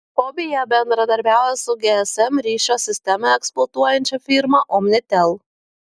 fobija bendradarbiauja su gsm ryšio sistemą eksploatuojančia firma omnitel